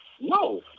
No